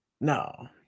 no